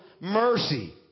mercy